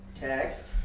Text